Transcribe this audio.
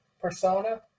persona